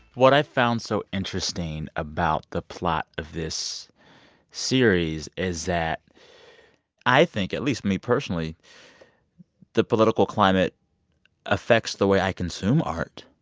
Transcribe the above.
what i found so interesting about the plot of this series is that i think at least, me, personally the political climate affects the way i consume art.